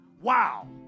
wow